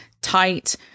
tight